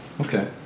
Okay